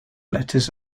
letters